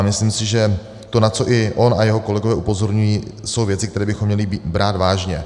Myslím si, že to, na co i on a jeho kolegové upozorňují, jsou věci, které bychom měli brát vážně.